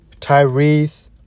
Tyrese